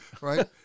right